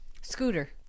Scooter